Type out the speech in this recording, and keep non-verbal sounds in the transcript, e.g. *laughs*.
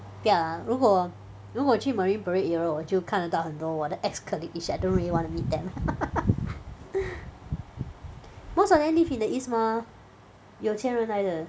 不要 lah 如果如果去 Marine Parade area 我就看得到很多我的 ex-colleague which I don't really want to meet them *laughs* most of them live in the east mah 有钱人来的